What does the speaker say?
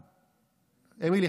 אמילי,